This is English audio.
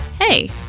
Hey